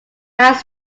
max